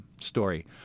story